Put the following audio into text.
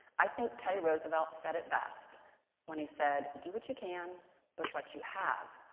i think teddy roosevelt said it best when he said, do what you can with what you have,